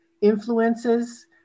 influences